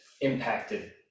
impacted